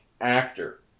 actor